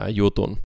jutun